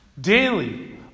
daily